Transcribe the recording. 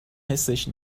حسش